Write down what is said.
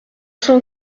cent